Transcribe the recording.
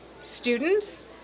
students